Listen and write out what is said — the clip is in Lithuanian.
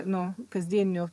nu kasdieninio